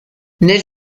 nel